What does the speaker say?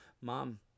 Mom